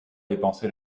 dépenser